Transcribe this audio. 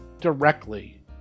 directly